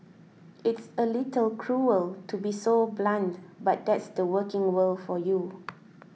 it's a little cruel to be so blunt but that's the working world for you